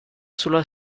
sulla